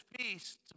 feast